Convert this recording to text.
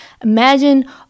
Imagine